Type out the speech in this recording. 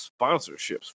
sponsorships